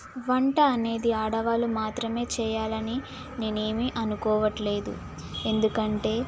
వంట అనేది ఆడవాళ్ళు మాత్రమే చేయాలని నేనేమీ అనుకోవట్లేదు ఎందుకంటే